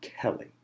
Kelly